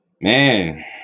Man